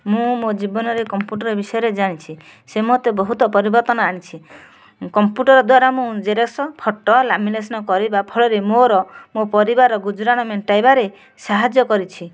ମୁଁ ମୋ ଜୀବନରେ କମ୍ପୁଟର ବିଷୟରେ ଜାଣିଛି ସେ ମୋତେ ବହୁତ ପରିବର୍ତ୍ତନ ଆଣିଛି କମ୍ପୁଟର ଦ୍ୱାରା ମୁଁ ଜେରକ୍ସ ଫୋଟୋ ଲାମିନେସନ୍ କରିବା ଫଳରେ ମୋର ମୋ' ପରିବାର ଗୁଜରାଣ ମେଣ୍ଟେଇବାରେ ସାହାଯ୍ୟ କରିଛି